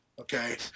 Okay